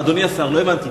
אדוני סיים, תודה.